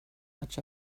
much